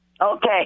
Okay